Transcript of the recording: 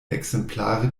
exemplare